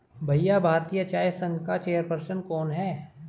भैया भारतीय चाय संघ का चेयर पर्सन कौन है?